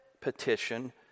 petition